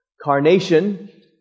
Carnation